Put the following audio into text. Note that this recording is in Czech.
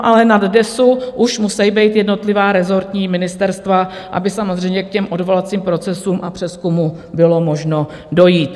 Ale nad DESÚ už musí být jednotlivá rezortní ministerstva, aby samozřejmě k odvolacím procesům a přezkumu bylo možno dojít.